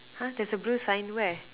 !huh! there's a blue sign where